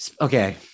Okay